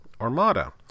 Armada